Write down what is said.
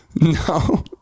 No